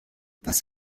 was